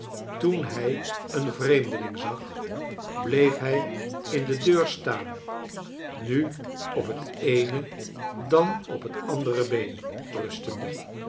toen hij een vreemdeling zag bleef hij in de deur staan nu op het eene dan op het andere been rustende